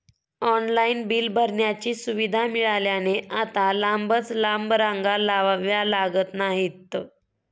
online bill भरण्याची सुविधा मिळाल्याने आता लांबच लांब रांगा लावाव्या लागत नाहीत